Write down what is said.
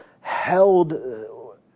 held